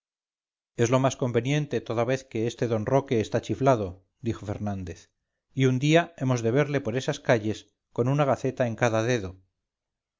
es lo más conveniente toda vez que este d roque está chiflado dijo fernández y un día hemos de verle por esas calles con una gaceta en cada dedo